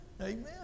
Amen